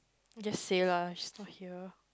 just say lah she's not here